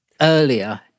earlier